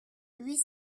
huit